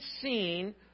seen